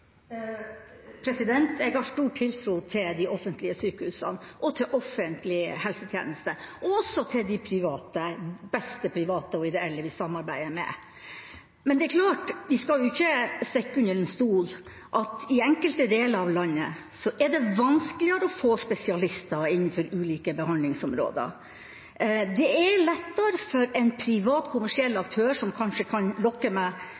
Jeg har stor tiltro til de offentlige sykehusene og til offentlig helsetjeneste, og også til de beste private og ideelle vi samarbeider med. Men vi skal ikke stikke under stol at i enkelte deler av landet er det vanskeligere å få spesialister innenfor ulike behandlingsområder. Det er lettere for en privat kommersiell aktør, som kanskje kan lokke